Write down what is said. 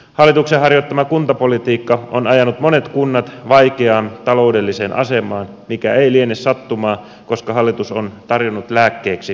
hallituksen harjoittama kuntapolitiikka on ajanut monet kunnat vaikeaan taloudelliseen asemaan mikä ei liene sattumaa koska hallitus on tarjonnut lääkkeeksi kuntaliitoksia